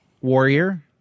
Warrior